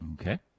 Okay